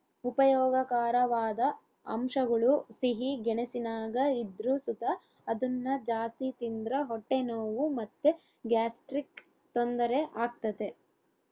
ಉಪಯೋಗಕಾರವಾದ ಅಂಶಗುಳು ಸಿಹಿ ಗೆಣಸಿನಾಗ ಇದ್ರು ಸುತ ಅದುನ್ನ ಜಾಸ್ತಿ ತಿಂದ್ರ ಹೊಟ್ಟೆ ನೋವು ಮತ್ತೆ ಗ್ಯಾಸ್ಟ್ರಿಕ್ ತೊಂದರೆ ಆಗ್ತತೆ